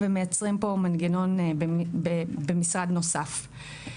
ומייצרים פה מנגנון במשרד נוסף.